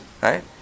Right